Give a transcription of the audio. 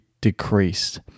decreased